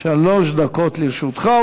שלוש דקות לרשותך,